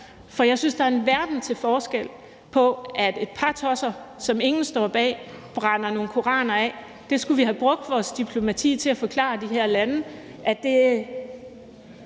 For jeg synes, der er en verden til forskel på det og på, at et par tosser, som ingen står bag, brænder nogle koraner af. Vi skulle have brugt vores diplomati til at forklare de her lande,